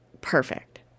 perfect